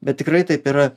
bet tikrai taip yra